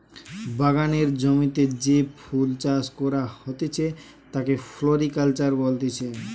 বাগানের জমিতে যে ফুল চাষ করা হতিছে তাকে ফ্লোরিকালচার বলতিছে